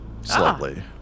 slightly